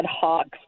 hawks